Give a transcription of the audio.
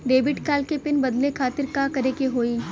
Debit card क pin बदले खातिर का करेके होई?